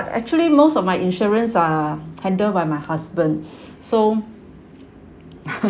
actually most of my insurance are handle by my husband so